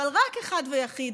אבל רק אחד ויחיד,